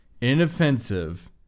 inoffensive